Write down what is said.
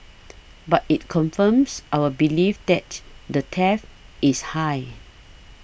but it confirms our belief that the threat is high